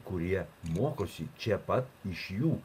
kurie mokosi čia pat iš jų